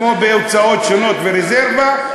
כמו בהוצאות שונות ורזרבה,